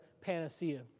panacea